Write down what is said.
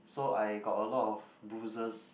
so I got a lot of bruises